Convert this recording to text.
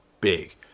big